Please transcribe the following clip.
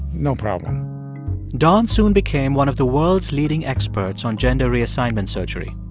no problem don soon became one of the world's leading experts on gender reassignment surgery.